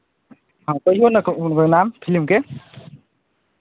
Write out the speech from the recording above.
हँ कहियौ ने कोनो कोनो नाम फिलिमके